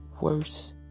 worse